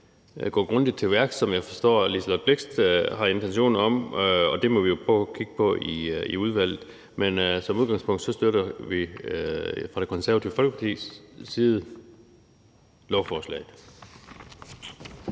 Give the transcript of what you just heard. godt gå grundigt til værks, hvad jeg forstår fru Liselott Blixt har intentioner om, og det må vi jo prøve at kigge på i udvalget. Men som udgangspunkt støtter vi fra Det Konservative Folkepartis side lovforslaget.